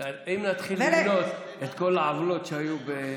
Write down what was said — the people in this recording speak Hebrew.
אם נתחיל למנות את כל העוולות שהיו בעבר,